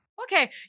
Okay